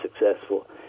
successful